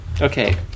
okay